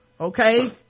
okay